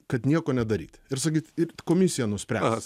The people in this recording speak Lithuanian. kad nieko nedaryti ir sakyt ir komisija nuspręs